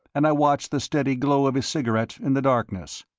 and i watched the steady glow of his cigarette in the darkness.